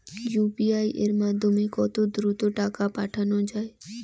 UPI এর মাধ্যমে কত দ্রুত টাকা পাঠানো যায়?